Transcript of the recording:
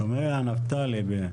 שומע נפתלי?